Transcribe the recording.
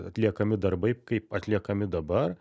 atliekami darbai kaip atliekami dabar